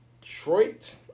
Detroit